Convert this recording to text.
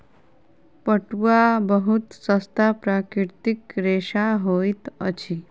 पटुआ बहुत सस्ता प्राकृतिक रेशा होइत अछि